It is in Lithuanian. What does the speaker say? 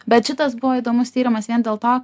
bet šitas buvo įdomus tyrimas vien dėl to